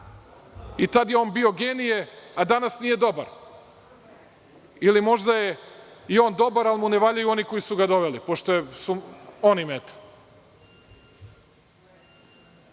tad je on bio genije, a danas nije dobar. Ili možda je i on dobar ali mu ne valjaju oni koji su ga doveli. Pošto su oni meta.